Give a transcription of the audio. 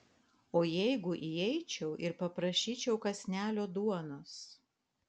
o jeigu įeičiau ir paprašyčiau kąsnelio duonos